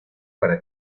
para